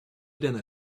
dinner